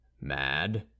mad